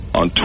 on